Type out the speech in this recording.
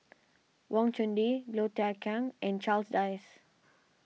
Wang Chunde Low Thia Khiang and Charles Dyce